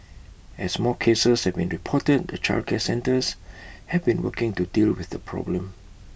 as more cases have been reported the childcare centres have been working to deal with the problem